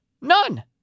None